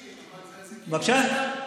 כלומר 160, אבל זה כאילו מספר, בבקשה?